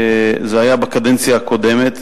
זה היה בקדנציה הקודמת.